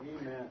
Amen